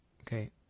Okay